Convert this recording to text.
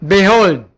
Behold